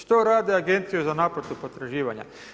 Što rade agencije za naplatu potraživanja?